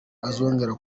azongera